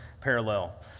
parallel